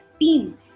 team